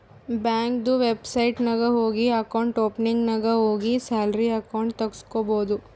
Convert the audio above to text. ಬ್ಯಾಂಕ್ದು ವೆಬ್ಸೈಟ್ ನಾಗ್ ಹೋಗಿ ಅಕೌಂಟ್ ಓಪನಿಂಗ್ ನಾಗ್ ಹೋಗಿ ಸ್ಯಾಲರಿ ಅಕೌಂಟ್ ತೆಗುಸ್ಕೊಬೋದು